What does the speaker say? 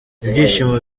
ibyishimo